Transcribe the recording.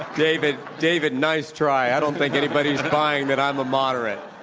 david, david, nice try. i don't think anybody's buying that i'm a moderate.